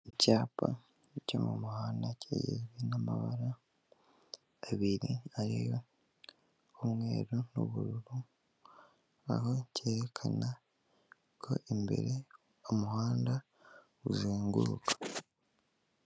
Icyapa, cyo mumuhanda kigizwe n'amabara, abiri ariyo, umweru n'ubururu. Aho cyerekana, ko imbere, umuhanda, uzenguruka.